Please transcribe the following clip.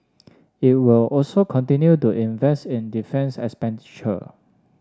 it will also continue to invest in defence expenditure